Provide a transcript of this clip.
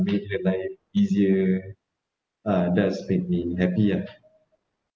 making her life easier uh that's made me happy ah